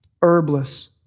herbless